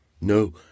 No